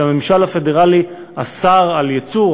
כשהממשל הפדרלי אסר ייצור,